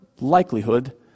likelihood